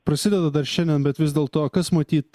prasideda dar šiandien bet vis dėl to kas matyt